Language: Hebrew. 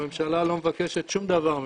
הממשלה לא מבקשת ממך שום דבר,